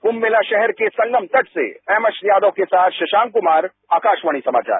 कुंभ मेला शहर के संगम तट से एमएस यादव के साथ शशांक कुमार आकाशवाणी समाचार